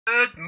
Good